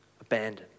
abandoned